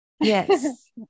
Yes